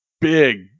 big